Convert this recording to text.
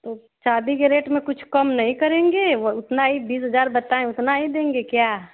तो चाबी के रेट में कुछ कम नहीँ करेंगे उतना ही बीस हज़ार बताएं उतना ही देंगे क्या